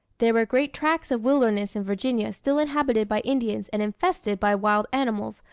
there were great tracts of wilderness in virginia still inhabited by indians and infested by wild animals,